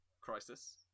Crisis